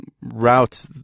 route